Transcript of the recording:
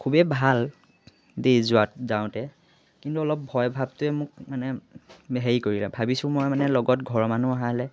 খুবেই ভাল দেই যোৱাত যাওঁতে কিন্তু অলপ ভয় ভাৱটোৱে মোক মানে হেৰি কৰিলে ভাবিছোঁ মই মানে লগত ঘৰৰ মানুহ অহা হ'লে